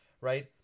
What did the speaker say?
right